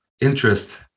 interest